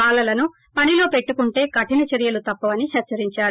బాలలను పనిలో పెట్టుకోంటే కరిన చర్యలు తప్పవని హెచ్చరించారు